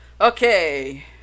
Okay